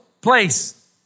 place